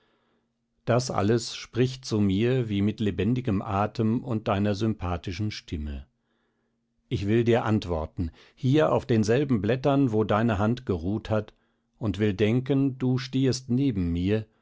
das alles spricht zu mir wie mit lebendigem atem und deiner sympathischen stimme ich will dir antworten hier auf denselben blättern wo deine hand geruht hat und will denken du stehest neben mir